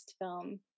film